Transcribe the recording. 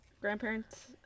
grandparents